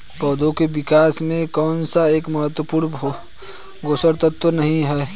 पौधों के विकास में कौन सा एक महत्वपूर्ण पोषक तत्व नहीं है?